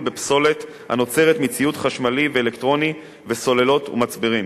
בפסולת הנוצרת מציוד חשמלי ואלקטרוני וסוללות ומצברים,